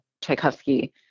Tchaikovsky